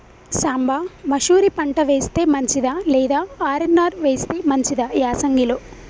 సాంబ మషూరి పంట వేస్తే మంచిదా లేదా ఆర్.ఎన్.ఆర్ వేస్తే మంచిదా యాసంగి లో?